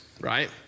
right